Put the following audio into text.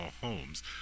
homes